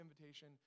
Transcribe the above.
invitation